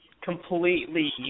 completely